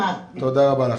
תודה רבה לך.